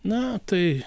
na tai